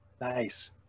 nice